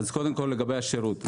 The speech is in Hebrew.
קודם כל לגבי השירות,